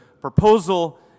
proposal